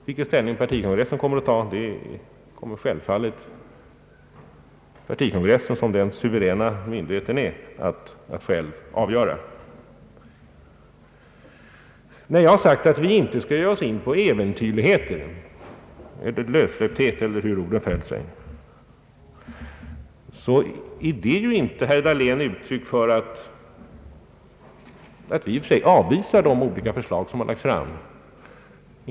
Vilken ställning partikongressen kommer att ta kommer självfallet partikongressen med den suveränitet den besitter att själv avgöra. När jag sagt att vi inte kommer att ge Oss in på äventyrligheter eller lössläppthet, eller hur orden nu föll sig, är detta inte alls, herr Dahlén, uttryck för att vi i och för sig avvisar de olika förslag som lagts fram.